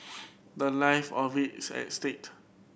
the life of it is at state